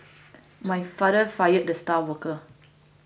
my father fired the star worker